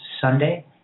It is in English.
Sunday